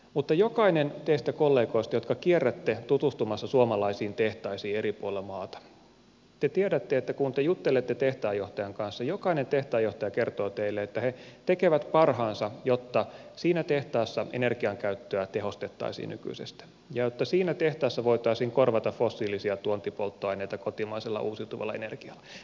mutta jokainen teistä kollegoista jotka kierrätte tutustumassa suomalaisiin tehtaisiin eri puolilla maata tietää että kun juttelee tehtaanjohtajan kanssa jokainen tehtaanjohtaja kertoo teille että he tekevät parhaansa jotta siinä tehtaassa energiankäyttöä tehostettaisiin nykyisestä ja jotta siinä tehtaassa voitaisiin korvata fossiilisia tuontipolttoaineita kotimaisella uusiutuvalla energialla